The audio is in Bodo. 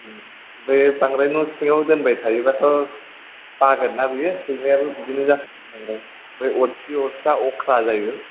बे बांद्राय न' सिङाव दोनबाय थायोबाथ' बागोनना बियो सैमायाबो बिदिनो जायो आमफ्राय अरसि अरसा अख्रा जायो